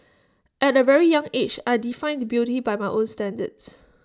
at A very young age I defined beauty by my own standards